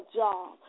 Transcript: job